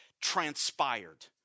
transpired